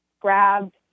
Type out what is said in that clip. grabbed